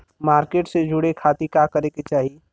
Market से जुड़े खाती का करे के चाही?